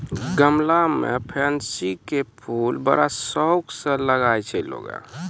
गमला मॅ पैन्सी के फूल बड़ा शौक स लगाय छै लोगॅ